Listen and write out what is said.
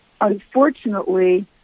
Unfortunately